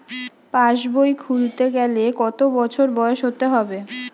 পাশবই খুলতে গেলে কত বছর বয়স হতে হবে?